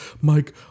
Mike